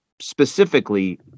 specifically